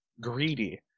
greedy